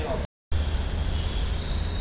काळ्या मातीत बियाणे रुजतील का?